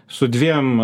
su dviem